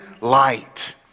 light